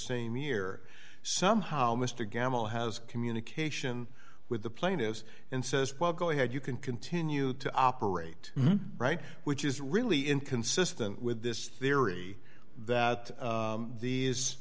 same year somehow mr gammell has communication with the plane is and says well go ahead you can continue to operate right which is really inconsistent with this theory that these